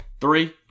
three